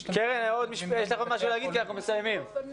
עוד משהו לומר כי אנחנו מסיימים?